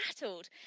battled